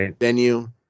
venue